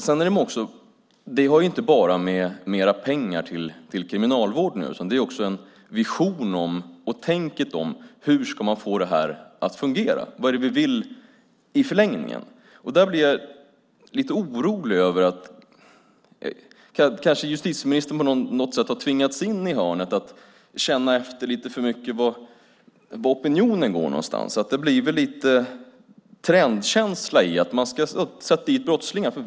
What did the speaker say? Det är inte bara fråga om mer pengar till Kriminalvården utan det är också fråga om en vision om och tänket om hur det här ska fungera. Vad är det vi vill i förlängningen? Jag blir lite orolig. Kanske justitieministern på något sätt har tvingats in i hörnet att känna efter för mycket vart opinionen går någonstans. Det blir lite trendkänsla att brottslingar ska sättas dit.